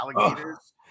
alligators